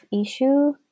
issue